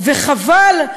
וחבל,